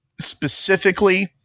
specifically